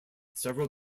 several